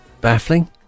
baffling